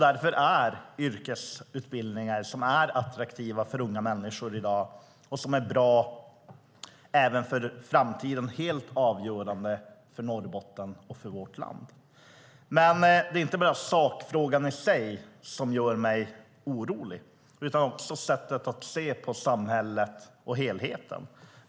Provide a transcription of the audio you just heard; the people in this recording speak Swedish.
Därför är yrkesutbildningar som är attraktiva för unga människor i dag och som är bra även för framtiden helt avgörande för Norrbotten och för vårt land. Det är inte bara sakfrågan i sig som gör mig orolig utan också sättet att se på samhället och helheten.